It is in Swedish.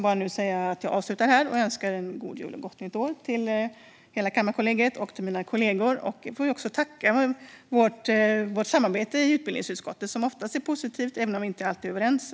Jag vill avslutningsvis önska god jul och gott nytt år till hela kammarkansliet och till mina kollegor. Jag vill tacka för vårt samarbete i utbildningsutskottet, som oftast är positivt även om vi inte alltid är överens.